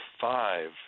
five